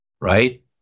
Right